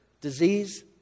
disease